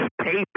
paper